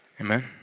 amen